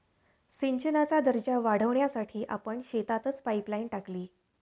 सिंचनाचा दर्जा वाढवण्यासाठी आपण शेतातच पाइपलाइन टाकली